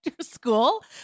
school